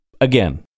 again